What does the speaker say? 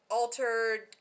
altered